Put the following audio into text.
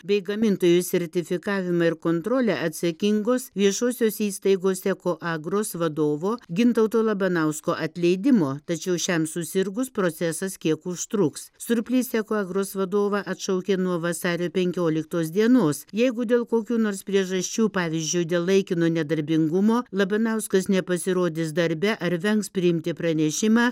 bei gamintojų sertifikavimą ir kontrolę atsakingos viešosios įstaigos ekoagros vadovo gintauto labanausko atleidimo tačiau šiam susirgus procesas kiek užtruks surplys ekoagros vadovą atšaukė nuo vasario penkioliktos dienos jeigu dėl kokių nors priežasčių pavyzdžiui dėl laikino nedarbingumo labanauskas nepasirodys darbe ar vengs priimti pranešimą